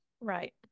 Right